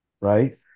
right